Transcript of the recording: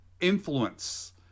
influence